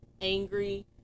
angry